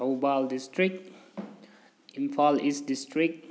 Thoubal district Imphal east district